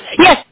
yes